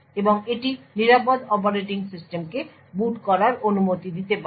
এবং এটি secure operating সিস্টেমকে বুট করার অনুমতি দিতে পারে